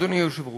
אדוני היושב-ראש,